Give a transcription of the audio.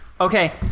Okay